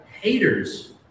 haters